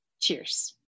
Cheers